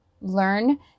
learn